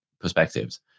perspectives